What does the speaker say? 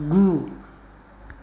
गु